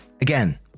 Again